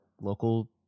local